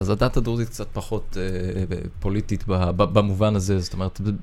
אז הדת הדרוזית קצת פחות פוליטית במובן הזה, זאת אומרת...